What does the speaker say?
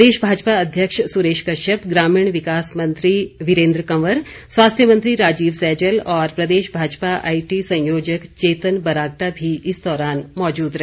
प्रदेश भाजपा अध्यक्ष सुरेश कश्यप ग्रामीण विकास मंत्री वीरेन्द्र कंवर स्वास्थ्य मंत्री राजीव सैजल और प्रदेश भाजपा आईटी संयोजक चेतन बरागटा भी इस दौरान मौजूद रहे